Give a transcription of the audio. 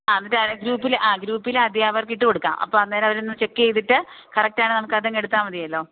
ആ എന്നിട്ട് ഗ്രൂപ്പില് ആ ഗ്രൂപ്പില് അധ്യാപകർക്ക് ഇട്ടുകൊടുക്കാം അപ്പോള് അന്നേരം അവരൊന്ന് ചെക്ക് ചെയ്തിട്ട് കറക്റ്റാണെങ്കില് നമുക്കതങ്ങെടുത്താല് മതിയല്ലോ